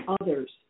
others